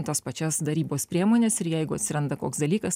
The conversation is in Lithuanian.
tas pačias darybos priemones ir jeigu atsiranda koks dalykas